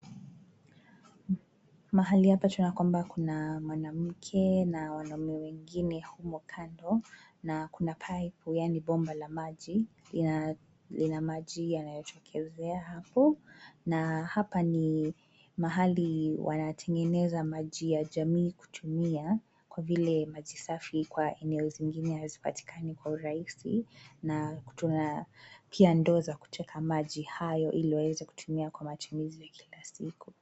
Mahali hapa tunakwamba kuna mwanamke na wanamme wengine humo kando na kuna paipu yaani bomba la maji, ina lina maji yanayotokezea hafu, naa hapa ni mahali wanatengeneza maji ya jamii kutumia, kwa vile maji safi kwa eneo zingine hazipatikani kwa uraisi, na tuna pia ndoo za kuteka maji hayo ili waweze kutumia kwa matumizi ya kila siku.